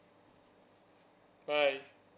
bye